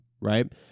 right